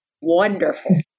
wonderful